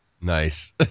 Nice